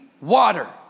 water